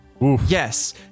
Yes